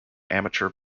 amateur